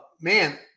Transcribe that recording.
man